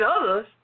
others